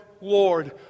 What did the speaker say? Lord